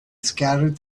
scattered